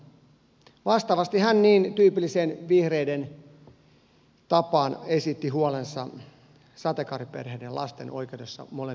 vastaavasti hän niin tyypilliseen vihreiden tapaan esitti huolensa sateenkaariperheiden lasten oikeudesta molempaan isään